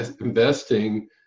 investing